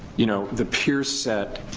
you know the peer set